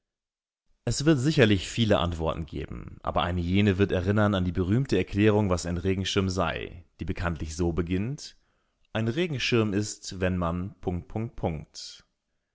es wird sicherlich viele antworten geben aber eine jede wird erinnern an die berühmte erklärung was ein regenschirm sei die bekanntlich so beginnt ein regenschirm ist wenn man